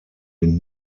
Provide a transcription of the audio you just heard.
den